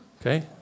okay